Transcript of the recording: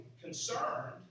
concerned